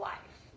Life